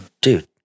Dude